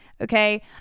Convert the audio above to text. Okay